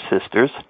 sisters